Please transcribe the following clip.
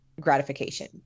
gratification